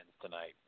tonight